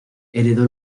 heredó